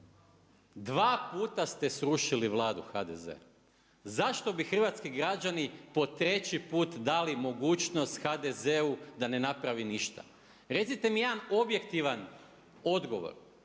Dva puta ste srušili vladu HDZ-a, zašto bi hrvatski građani po treći put dali mogućnost HDZ-u da ne napravi ništa? Recite mi je dan objektivan odgovor,